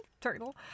Turtle